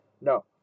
No